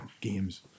games